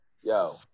yo